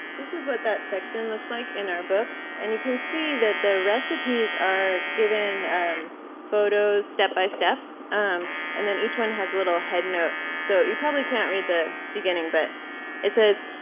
this is what that section looks like in our book and you can see that the recipes are given photos step by step um and then each one has a little headnote. so you probably can't read the beginning, but it says,